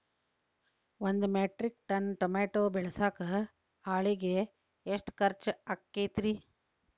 ಒಂದು metric ton tomato ಬೆಳಸಾಕ್ ಆಳಿಗೆ ಎಷ್ಟು ಖರ್ಚ್ ಆಕ್ಕೇತ್ರಿ?